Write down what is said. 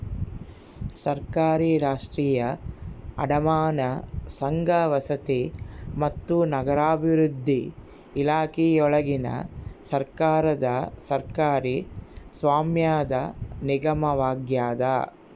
ಸರ್ಕಾರಿ ರಾಷ್ಟ್ರೀಯ ಅಡಮಾನ ಸಂಘ ವಸತಿ ಮತ್ತು ನಗರಾಭಿವೃದ್ಧಿ ಇಲಾಖೆಯೊಳಗಿನ ಸರ್ಕಾರದ ಸರ್ಕಾರಿ ಸ್ವಾಮ್ಯದ ನಿಗಮವಾಗ್ಯದ